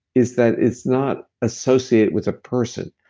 is that it's not associated with a person.